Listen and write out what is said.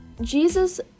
Jesus